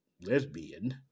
lesbian